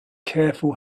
careful